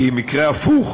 כי אם יקרה הפוך,